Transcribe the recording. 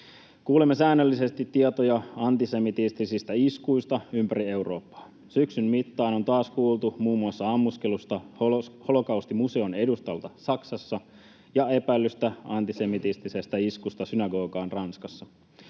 Kuulemme säännöllisesti tietoja antisemitistisistä iskuista ympäri Eurooppaa. Syksyn mittaan on taas kuultu muun muassa ammuskelusta holokaustimuseon edustalta Saksassa ja epäillystä antisemitistisestä iskusta synagogaan Ranskassa.